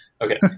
okay